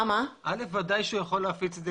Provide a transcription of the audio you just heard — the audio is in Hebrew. היא עדיין מגה אירוע במדינת ישראל,